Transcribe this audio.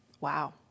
Wow